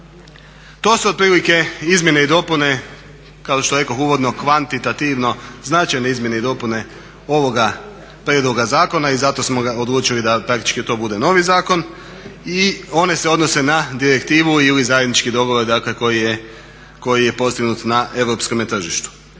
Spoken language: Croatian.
To su otprilike izmjene i dopune kao što rekoh uvodno kvantitativno značajne izmjene i dopune ovoga prijedloga zakona i zato smo ga odlučili da to praktički to bude novi zakon i one se odnose na direktivu ili zajednički dogovor dakle koje je postignut na europskom tržištu.